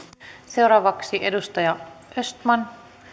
seuraavaksi edustaja östman